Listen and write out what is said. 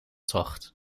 tocht